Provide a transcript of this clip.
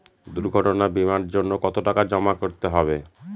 দুর্ঘটনা বিমার জন্য কত টাকা জমা করতে হবে?